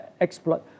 exploit